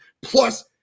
Plus